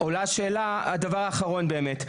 הדבר האחרון באמת.